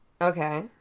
Okay